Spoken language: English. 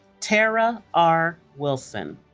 tara r. wilson